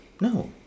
no